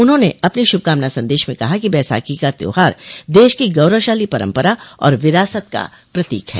उन्होंने अपने शुभकामना संदेश में कहा कि बैसाखी का त्यौहार देश की गौरवशाली परम्परा और विरासत का प्रतीक है